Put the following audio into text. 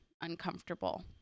uncomfortable